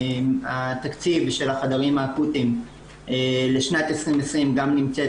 התקציב של החדרים האקוטיים לשנת 2020 גם נמצא